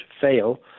fail